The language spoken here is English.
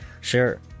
Sure